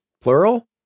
Plural